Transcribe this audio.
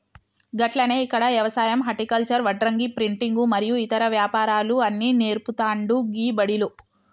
గట్లనే ఇక్కడ యవసాయం హర్టికల్చర్, వడ్రంగి, ప్రింటింగు మరియు ఇతర వ్యాపారాలు అన్ని నేర్పుతాండు గీ బడిలో